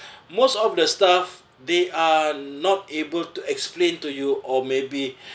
most of the staff they are not able to explain to you or maybe